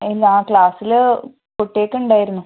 ഇല്ല ആ ക്ലാസ്സിൾ കുട്ടികൾക്ക് ഉണ്ടായിരുന്നു